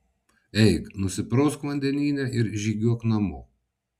eik nusiprausk vandenyne ir žygiuok namo